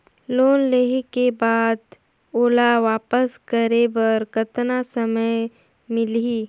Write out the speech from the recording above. Loan लेहे के बाद ओला वापस करे बर कतना समय मिलही?